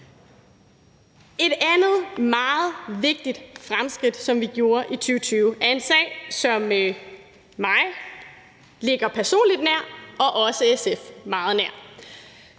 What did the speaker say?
Et andet meget vigtigt fremskridt, som vi gjorde i 2020, er en sag, som står mig personligt nær, som også står SF meget nær,